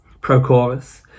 Prochorus